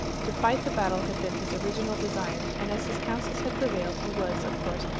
to fight the battle had been his original desire, and as his counsels had prevailed, he was, of course,